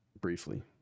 briefly